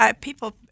people